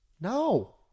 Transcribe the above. No